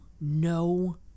no